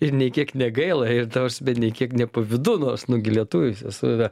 ir nei kiek negaila ir ta prasme nei kiek nepavydu nors nu gi lietuviai save